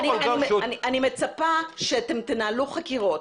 אני מצפה שאתם תנהלו חקירות,